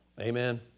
Amen